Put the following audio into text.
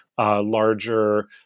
larger